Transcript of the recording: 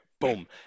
Boom